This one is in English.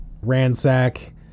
ransack